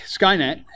Skynet